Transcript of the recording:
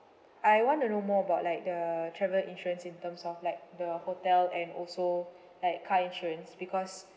I want to know more about like the travel insurance in terms of like the hotel and also like car insurance because